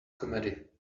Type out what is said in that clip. comedy